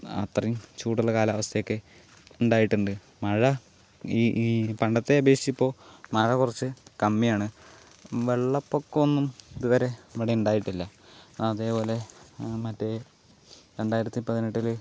അത്രയും ചൂടുള്ള കാലാവസ്ഥയൊക്കെ ഉണ്ടായിട്ടുണ്ട് മഴ ഈ ഈ ഈ പണ്ടത്തെ അപേക്ഷിച്ച് ഇപ്പോൾ മഴ കുറച്ച് കമ്മിയാണ് വെള്ളപ്പൊക്കം ഒന്നും ഇതുവരെ ഇവിടെ ഉണ്ടായിട്ടില്ല അതേപോലെ മറ്റേ രണ്ടായിരത്തിപ്പതിനെട്ടിലെ